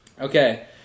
Okay